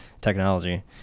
technology